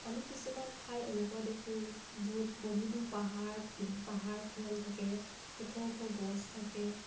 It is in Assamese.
আমি কিছুমান ঠাই এনেকুৱা দেখোঁ য'ত বহুতো পাহাৰ পাহাৰ ভৈয়াম থাকে ওখ ওখ গছ থাকে